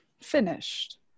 finished